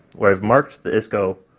where i've marked the isco